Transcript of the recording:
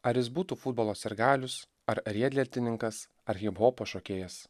ar jis būtų futbolo sirgalius ar riedlentininkas ar hiphopo šokėjas